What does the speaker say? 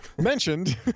mentioned